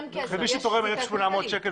בדרך כלל נציג הוועד,